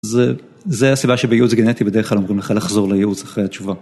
זה זה הסיבה שבייעוץ גנטי בדרך כלל אומרים לך לחזור לייעוץ אחרי התשובה.